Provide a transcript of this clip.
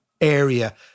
area